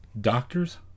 Doctors